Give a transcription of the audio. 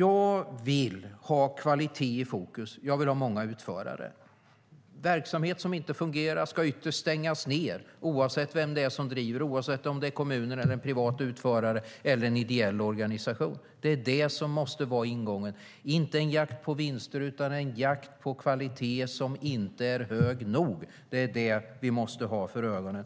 Jag vill ha kvalitet i fokus, och jag vill ha många utförare. Verksamhet som inte fungerar ska ytterst stängas ned, oavsett vem som driver den, oavsett om det är kommunen, en privat utförare eller en ideell organisation. Det är det som måste vara ingången - inte en jakt på vinster utan en jakt på kvalitet som inte är hög nog. Det är det vi måste ha för ögonen.